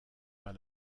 pas